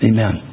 Amen